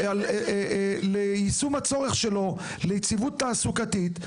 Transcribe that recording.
ליישום הצורך שלו ליציבות תעסוקתית,